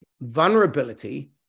vulnerability